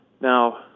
Now